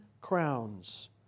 crowns